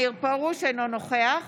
אינו נוכח